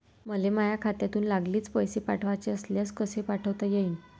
मले माह्या खात्यातून लागलीच पैसे पाठवाचे असल्यास कसे पाठोता यीन?